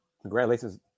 congratulations